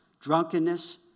drunkenness